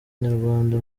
nyarwanda